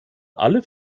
alle